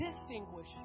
distinguish